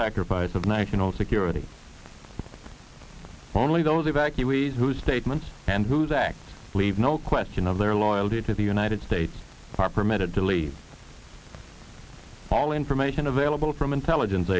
sacrifice of national security only those evacuees whose statements and whose acts leave no question of their loyalty to the united states are permitted to leave all information available from intelligence